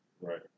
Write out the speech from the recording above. right